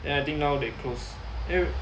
and I think now they close eh w~